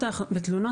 בתלונות